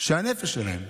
ושהנפש שלהם,